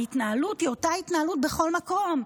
ההתנהלות היא אותה התנהלות בכל מקום: